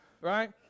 right